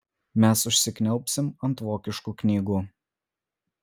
mes užsikniaubsim ant vokiškų knygų